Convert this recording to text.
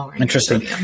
Interesting